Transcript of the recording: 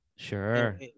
Sure